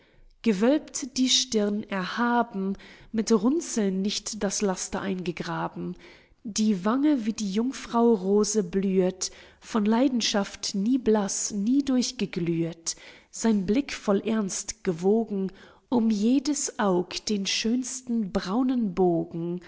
gewölbt die stirn erhaben mit runzeln nicht das laster eingegraben die wange wie die jungfraurose blühet von leidenschaft nie blaß nie durchgeglühet sein blick voll ernst gewogen um jedes aug den schönsten braunen bogen